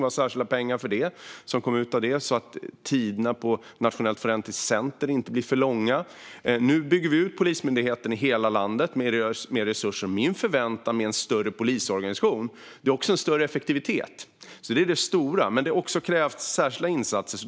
Det gavs särskilda pengar för det så att tiderna på Nationellt forensiskt centrum inte blir för långa. Nu bygger vi ut Polismyndigheten i hela landet med mer resurser. Min förväntan med en större polisorganisation är större effektivitet. Det är det stora. Men det krävs också särskilda insatser.